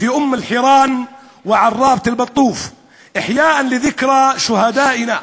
באום אלחיראן ובעראבת אלבטוף לזכר השהידים שלנו.